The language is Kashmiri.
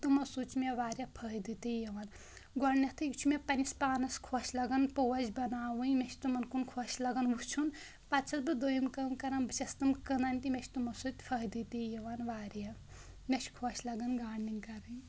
تِمو سۭتۍ چھِ مےٚ واریاہ فٲیدٕ تہِ یِوان گۄڈٕنٮ۪تھٕے چھُ مےٚ پنٕنِس پانَس خۄش لَگان پوش بَناوٕنۍ مےٚ چھِ تِمَن کُن خۄش لَگان وُچھُن پَتہٕ چھَس بہٕ دوٚیِم کٲم کَران بہٕ چھَس تِم کٕنَن تہِ مےٚ چھِ تِمو سۭتۍ فٲیدٕ تہِ یِوان واریاہ مےٚ چھِ خۄش لَگان گاڈنِنٛگ کَرٕنۍ